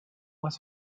moins